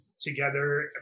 together